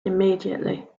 immediately